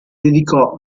dedicò